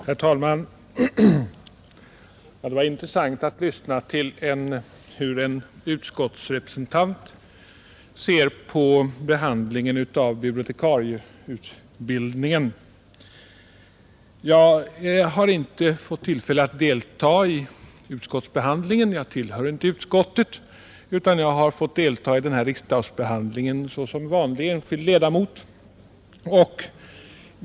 Herr talman! Det var intressant att lyssna till hur en utskottsrepresentant ser på behandlingen av bibliotekarieutbildningen. Jag har inte fått tillfälle att delta i utskottsbehandlingen — jag tillhör inte utskottet — utan jag har fått delta i den här riksdagsbehandlingen såsom vanlig enskild ledamot.